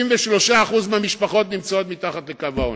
63% מהמשפחות נמצאים מתחת לקו העוני.